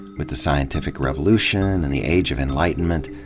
with the scientific revolution and the age of enlightenment,